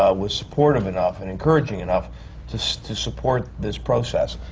ah was supportive enough and encouraging enough to to support this process.